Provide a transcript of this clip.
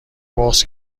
بغض